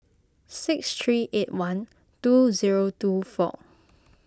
six three eight one two zero two four